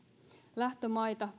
lähtömaita